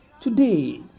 Today